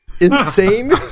insane